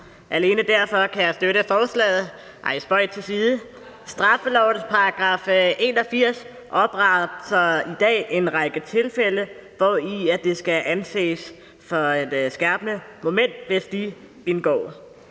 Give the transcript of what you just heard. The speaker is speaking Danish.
alene derfor kan jeg støtte forslaget. Nej, spøg til side. Straffelovens § 81 opremser i dag en række tilfælde, hvor det skal anses for at være et skærpende moment, hvis de indgår.